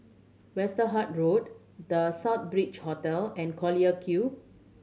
Westerhout Road The Southbridge Hotel and Collyer Quay